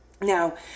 Now